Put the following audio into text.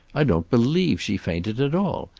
i don't believe she fainted at all.